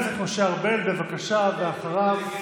חבר הכנסת משה ארבל, בבקשה, ואחריו,